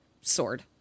sword